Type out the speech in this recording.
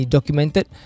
Documented